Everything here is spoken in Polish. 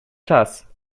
czas